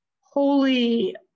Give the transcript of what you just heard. holy